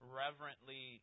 reverently